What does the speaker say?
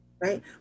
right